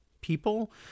people